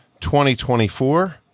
2024